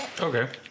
okay